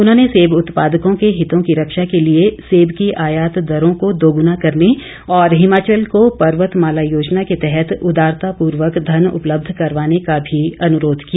उन्होंने सेब उत्पादकों के हितों की रक्षा के लिए सेब की आयात दरों को दोगुना करने और हिमाचल को पर्वत माला योजना के तहत उदारता पूर्वक धन उपलब्ध करवाने का भी अनुरोध किया